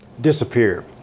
disappear